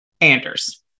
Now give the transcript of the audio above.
Anders